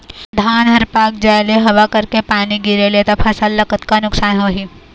धान हर पाक जाय ले हवा करके पानी गिरे ले त फसल ला कतका नुकसान होही?